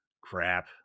Crap